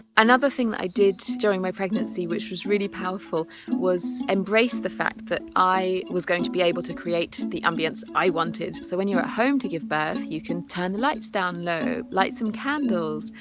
another thing that i did during my pregnancy which was really powerful was embrace the fact that i was going to be able to create the ambience i wanted. so when you're at home to give birth you can turn the lights down low, light some candles,